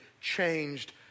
changed